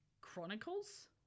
Chronicles